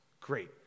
Great